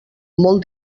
molt